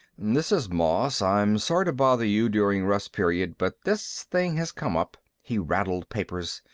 this is moss. i'm sorry to bother you during rest period, but this thing has come up. he rattled papers.